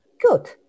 good